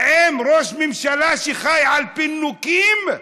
לראש ממשלה שחי על פינוקים,